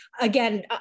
again